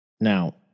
Now